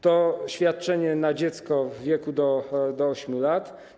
To świadczenie na dziecko w wieku do 8 lat.